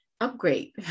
upgrade